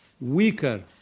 weaker